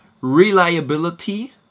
reliability